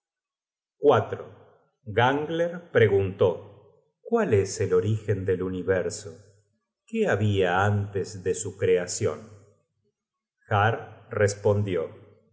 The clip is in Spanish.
los hrimthursars gangler preguntó cuál es el origen del universo qué habia antes de su creacion har respondió